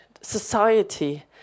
society